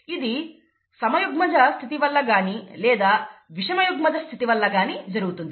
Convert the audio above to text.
ఇది సమయుగ్మజ స్థితివల్ల కానీ లేదా విషమయుగ్మజ స్థితివల్ల కానీ జరుగుతుంది